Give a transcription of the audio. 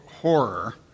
horror